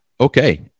Okay